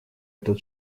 этот